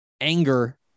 anger